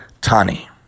Tani